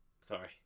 sorry